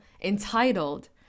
entitled